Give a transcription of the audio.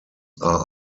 are